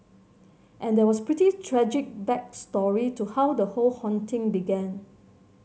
and there was pretty tragic back story to how the whole haunting began